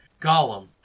Gollum